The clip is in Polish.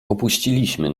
opuściliśmy